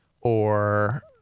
or-